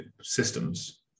systems